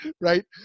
right